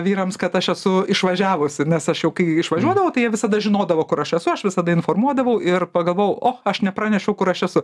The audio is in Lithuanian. vyrams kad aš esu išvažiavusi nes aš jau kai išvažiuodavau tai jie visada žinodavo kur aš esu aš visada informuodavau ir pagavau o aš nepranešiau kur aš esu